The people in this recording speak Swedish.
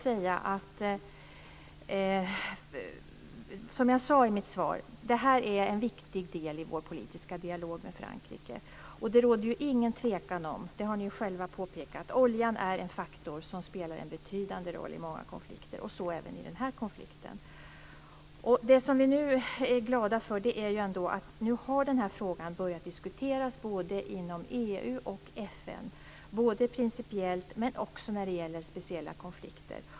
Som jag sade i mitt svar är detta en viktig del i vår politiska dialog med Frankrike. Det råder ingen tvekan om att oljan är en faktor som spelar en betydande roll i många konflikter, och så även i den här konflikten - det har ni ju själva också påpekat. Det som vi är glada för är att frågan nu ändå har börjat diskuteras både inom EU och FN, både principiellt och när det gäller speciella konflikter.